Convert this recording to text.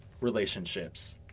relationships